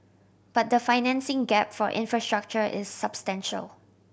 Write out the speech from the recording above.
but the financing gap for infrastructure is substantial